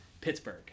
pittsburgh